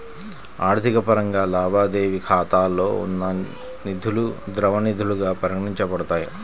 ఆర్థిక పరంగా, లావాదేవీ ఖాతాలో ఉన్న నిధులుద్రవ నిధులుగా పరిగణించబడతాయి